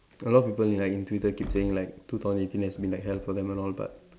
a lot of people in like in Twitter keep saying like two thousand eighteen has been like hell for them and all but